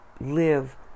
live